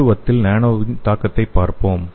மருந்துவத்தில் நானோவின் தாக்கத்தைப் பார்ப்போம்